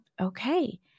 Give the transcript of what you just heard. Okay